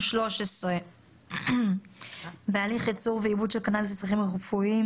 13. בהליך ייצור ועיבוד של קנאביס לצרכים רפואיים,